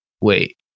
wait